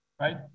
right